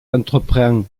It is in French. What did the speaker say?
entreprend